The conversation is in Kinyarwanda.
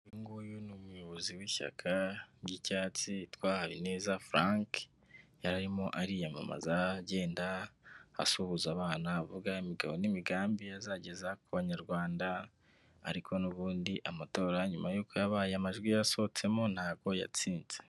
Uyunguyu ni umuyobozi w'ishyaka ry'icyatsi witwa Habineza Frank yararimo ariyamamaza, agenda asuhuza abana avuga imigabo n'imigambi azageza ku banyarwanda ariko n'ubundi amatora nyuma y'uko yabaye amajwi yasohotsemo ntago yatsinze.